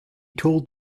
told